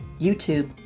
YouTube